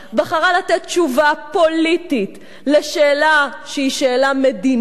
בחרה לתת תשובה פוליטית לשאלה שהיא שאלה מדינית